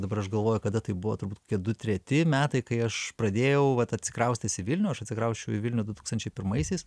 dabar aš galvoju kada tai buvo turbūt kad du treti metai kai aš pradėjau vat atsikraustęs į vilnių aš atsikrausčiau į vilnių du tūkstančiai pirmaisiais